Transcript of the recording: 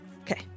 Okay